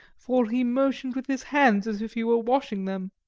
for he motioned with his hands as if he were washing them.